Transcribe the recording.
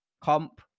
comp